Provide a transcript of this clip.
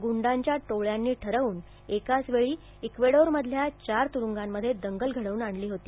गुंडांच्या टोळ्यांनी ठरवून एकाच वेळी देशातल्या चार तुरुंगांमध्ये दंगल घडवून आणली होती